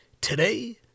Today